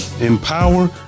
empower